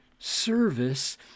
service